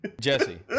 Jesse